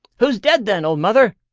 who's dead, then, old mother?